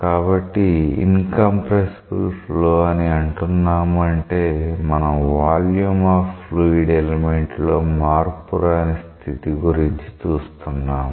కాబట్టి incompressible flow అని అంటున్నాము అంటే మనం వాల్యూమ్ ఆఫ్ ఫ్లూయిడ్ ఎలిమెంట్ లో మార్పు రాని స్థితి గురించి చూస్తున్నాము